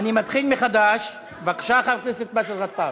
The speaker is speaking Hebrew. אני מכירה את התקנון,